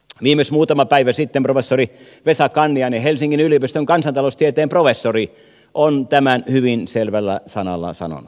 viimeksi muutama päivä sitten professori vesa kanniainen helsingin yliopiston kansantaloustieteen professori on tämän hyvin selvällä sanalla sanonut